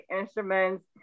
instruments